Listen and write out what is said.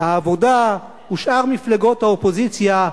העבודה ושאר מפלגות האופוזיציה,